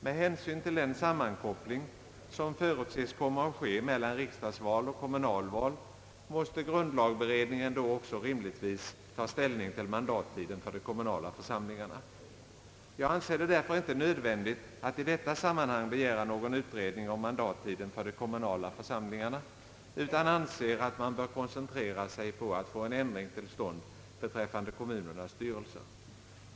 Med hänsyn till den sammankoppling som förutses komma att ske mellan riksdagsval och kommunalval, måste grundlagberedningen då också rimligtvis ta ställning till mandattiden för de kommunala församlingarna. Jag anser det därför inte nödvändigt att i detta sammanhang begära någon utredning om mandattiden för de kommunala församlingarna utan finner att man bör koncentrera sig på att få en ändring till stånd beträffande kommunernas styrelser.